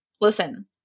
Listen